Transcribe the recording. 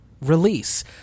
release